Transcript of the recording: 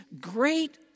great